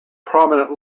prominent